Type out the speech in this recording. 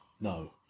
no